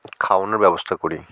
খাওয়ানোর ব্যবস্থা করি